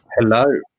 Hello